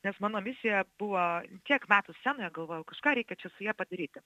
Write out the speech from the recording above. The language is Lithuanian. nes mano misija buvo kiek metų scenoje galvoju kažką reikia čia su ja padaryti